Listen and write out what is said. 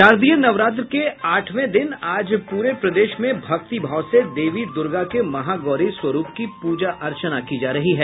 शारदीय नवरात्र के आठवें दिन आज पूरे प्रदेश में भक्तिभाव से देवी दुर्गा के महागौरी स्वरूप की पूजा अर्चना की जा रही है